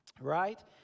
right